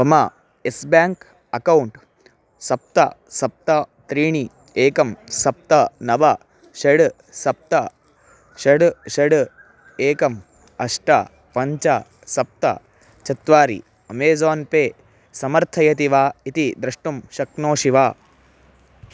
मम Yes Bank account सप्त सप्त त्रीणि एकं सप्त नव षड् सप्त षड् षड् एकम् अष्ट पञ्च सप्त चत्वारि अमेज़ान् पे समर्थयति वा इति द्रष्टुं शक्नोषि वा